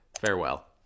farewell